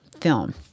film